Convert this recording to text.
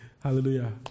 Hallelujah